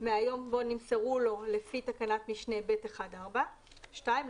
ימים מהיום בו נמסרו לו לפי תקנת משנה (ב1)(4);"" 365 ימים זה יהיה.